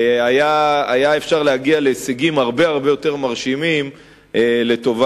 היה אפשר להגיע להישגים הרבה הרבה יותר מרשימים לטובת